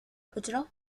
أجرة